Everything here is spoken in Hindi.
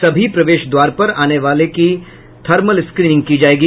सभी प्रवेश द्वार पर आने वालों की थर्मल स्क्रीनिंग होगी